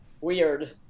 weird